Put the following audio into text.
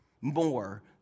More